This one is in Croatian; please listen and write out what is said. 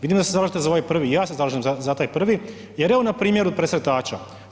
Vidim da se zalažete za ovaj prvi i ja se zalažem za taj prvi jer evo na primjeru presretača.